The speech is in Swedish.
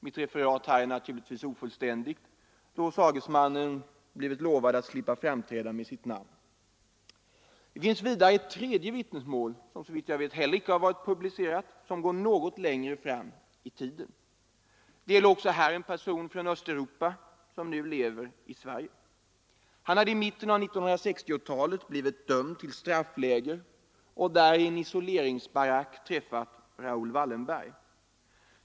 Mitt referat här är naturligtvis ofullständigt, då sagesmannen blivit lovad att slippa framträda med sitt namn. Det finns vidare ett tredje vittnesmål — som såvitt jag vet icke heller har varit publicerat — vilket går något längre fram i tiden. Det gäller också här en person från Östeuropa som nu lever i Sverige. Han hade i mitten av 1960-talet blivit dömd till straffläger och där i en isoleringsbarack träffat Raoul Wallenberg.